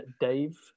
Dave